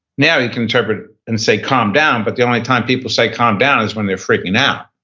now you can interpret and say, calm down. but the only time people say calm down is when they're freaking out.